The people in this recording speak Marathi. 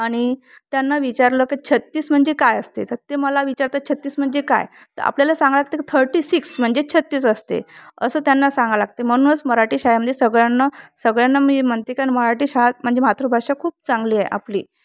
आणि त्यांना विचारलं की छत्तीस म्हणजे काय असते तर ते मला विचारतात छत्तीस म्हणजे काय तर आपल्याला सांगा लागतं की थर्टी सिक्स म्हणजे छत्तीस असते असं त्यांना सांगा लागते म्हणूनच मराठी शाळेमध्ये सगळ्यांना सगळ्यांना मी म्हणते कारण मराठी शाळा म्हणजे मातृभाषा खूप चांगली आहे आपली